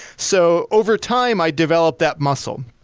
so overtime, i develop that muscle.